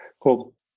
cool